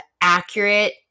accurate